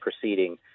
proceeding